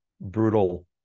brutal